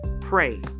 pray